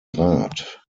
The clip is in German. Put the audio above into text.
rat